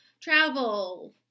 travel